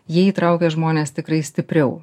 jie įtraukia žmones tikrai stipriau